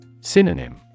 Synonym